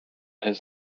has